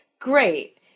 great